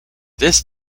this